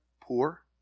poor